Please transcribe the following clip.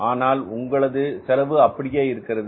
ஆனால் உங்களது செலவு அப்படியே இருக்கிறது